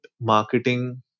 marketing